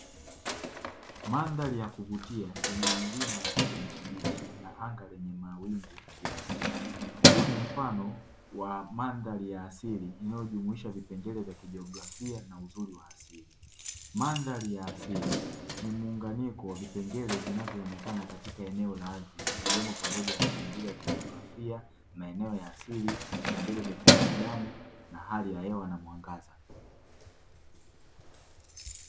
Mandhari ya kuvutia yenye milima ya kijani kibichi na anga lenye mawingu kiasi, huu ni mfano wa mandhari ya asili inayojumuisha vipengele vya kijiografia na uzuri wa asili. Mandhari ya asili ni muunganiko wa vipengele vinavyoonekana katika eneo la ardhi ikiwemo pamoja na maumbile ya kijografia, maeneo ya asili, kipengele vya kibinadamu na hali ya hewa na mwangaza.